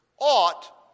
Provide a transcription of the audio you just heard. ought